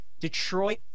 Detroit